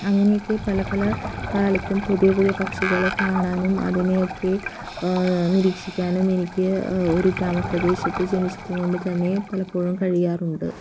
അങ്ങനെയൊക്കെ പല പല കാലത്തും പുതിയ പുതിയ പക്ഷികളെ കാണാനും അതിനെ ഒക്കെ നിരീക്ഷിക്കാനും എനിക്ക് ഒരു ഗ്രാമപ്രദേശത്ത് ജനിച്ചത് കൊണ്ട് തന്നെ പലപ്പോഴും കഴിയാറുണ്ട്